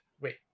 Wait